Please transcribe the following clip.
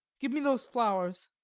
give me those flowers.